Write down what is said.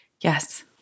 Yes